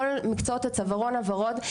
כל מקצועות הצווארון הוורוד,